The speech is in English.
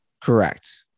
Correct